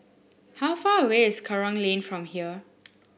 how far away is Kerong Lane from here